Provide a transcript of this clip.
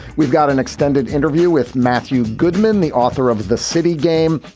we've got an extended interview with matthew goodman, the author of the city game,